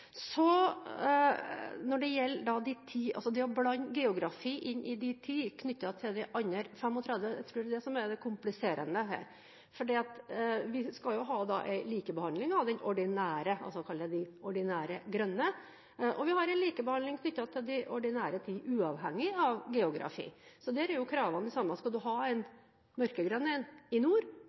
Når det gjelder de ti, er det kompliserende å blande geografi inn i dem i tilknytning til de andre 35. Vi skal jo ha en likebehandling av det vi kan kalle de ordinære grønne, og vi har en likebehandling knyttet til de ordinære ti, uavhengig av geografi. Så der er jo kravene de samme. Skal du ha en mørkegrønn i nord,